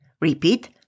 Repeat